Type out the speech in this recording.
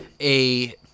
a-